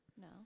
No